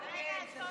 שלה, כן.